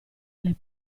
alle